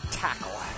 tackle